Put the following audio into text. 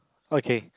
okay